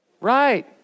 Right